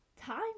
time